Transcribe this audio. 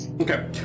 Okay